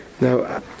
Now